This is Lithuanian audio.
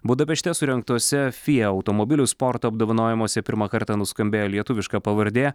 budapešte surengtose fija automobilių sporto apdovanojimuose pirmą kartą nuskambėjo lietuviška pavardė